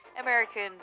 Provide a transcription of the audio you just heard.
American